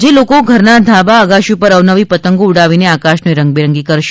આજે લોકો ઘરના ધાબા ગાશી પર વનવી પતંગો ઉડાવીને આકાશને રંગબેરંગી કરશે